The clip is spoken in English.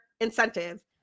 incentive